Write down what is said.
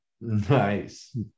nice